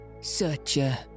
Searcher